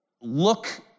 look